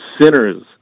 sinners